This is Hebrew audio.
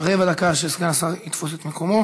רבע דקה עד שאדוני סגן השר יתפוס את מקומו.